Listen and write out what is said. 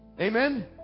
Amen